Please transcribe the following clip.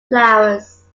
flowers